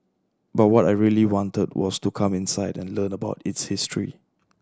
but what I really wanted was to come inside and learn about its history